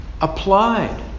applied